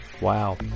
Wow